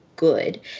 good